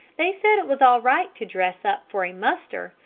they said it was all right to dress up for a muster,